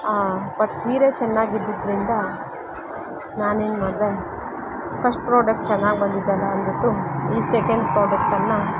ಆಂ but ಸೀರೆ ಚೆನ್ನಾಗಿದ್ದಿದ್ರಿಂದ ನಾನೇನು ಮಾಡಿದೆ ಫಶ್ಟ್ ಪ್ರೋಡಕ್ಟ್ ಚೆನ್ನಾಗ್ ಬಂದಿದ್ಯಲ್ಲ ಅಂದುಬಿಟ್ಟು ಈ ಸೆಕೆಂಡ್ ಪ್ರೋಡಕ್ಟನ್ನು